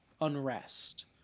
unrest